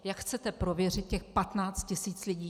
Jak chcete prověřit těch 15 tisíc lidí?